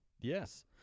Yes